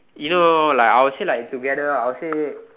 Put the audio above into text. you know like I would say lah together I will say